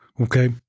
okay